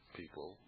people